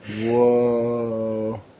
Whoa